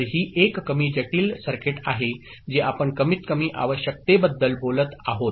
तर ही एक कमी जटिल सर्किट आहे जी आपण कमीतकमी आवश्यकतेबद्दल बोलत आहोत